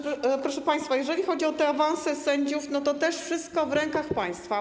Proszę państwa, jeżeli chodzi o awanse sędziów, to też wszystko w rękach państwa.